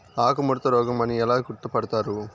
ఆకుముడత రోగం అని ఎలా గుర్తుపడతారు?